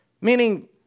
meaning